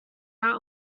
out